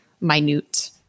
minute